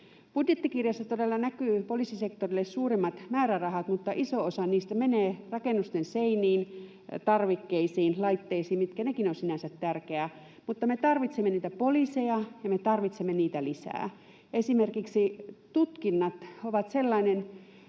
Budjettikirjassa todella näkyvät poliisisektorille suuremmat määrärahat, mutta iso osa niistä menee rakennusten seiniin, tarvikkeisiin, laitteisiin, mitkä nekin ovat sinänsä tärkeitä, mutta me tarvitsemme niitä poliiseja, ja me tarvitsemme niitä lisää. Esimerkiksi tutkinnat ovat sellainen